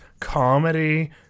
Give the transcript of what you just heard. Comedy